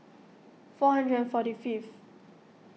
four hundred and forty fifth